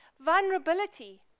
vulnerability